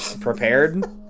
prepared